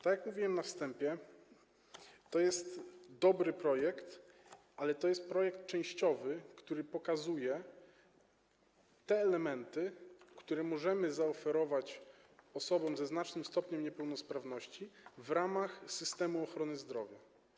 Tak jak mówiłem na wstępie, to jest dobry projekt, ale to jest projekt częściowy, który pokazuje te elementy, które możemy zaoferować osobom ze znacznym stopniem niepełnosprawności w ramach systemu ochrony zdrowia.